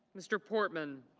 mr. portman.